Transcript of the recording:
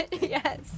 Yes